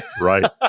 right